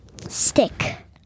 stick